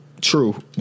True